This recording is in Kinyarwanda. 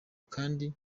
kandi